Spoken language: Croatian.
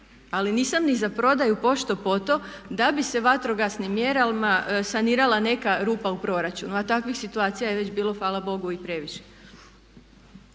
ali nisam ni za prodaju pošto poto da bi se vatrogasnim mjerama sanirala neka rupa u proračunu, a takvih situacija je već bilo hvala bogu i previše.